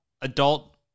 adult